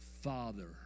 Father